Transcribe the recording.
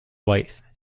wife